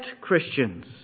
Christians